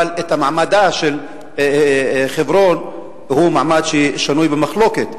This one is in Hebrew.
מעמדה של חברון הוא מעמד ששנוי במחלוקת,